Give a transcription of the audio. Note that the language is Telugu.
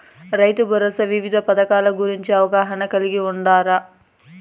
రైతుభరోసా వివిధ పథకాల గురించి అవగాహన కలిగి వుండారా?